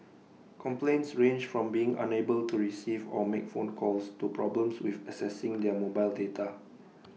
complaints ranged from being unable to receive or make phone calls to problems with accessing their mobile data